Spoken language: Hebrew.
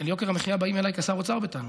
על יוקר המחיה באים אליי כשר אוצר בטענות.